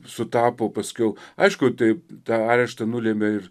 sutapo paskiau aišku taip tą areštą nulėmė ir